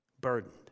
burdened